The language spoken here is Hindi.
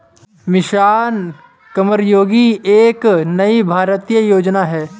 मिशन कर्मयोगी एक नई भारतीय योजना है